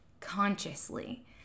consciously